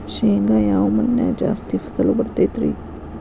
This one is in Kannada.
ಶೇಂಗಾ ಯಾವ ಮಣ್ಣಿನ್ಯಾಗ ಜಾಸ್ತಿ ಫಸಲು ಬರತೈತ್ರಿ?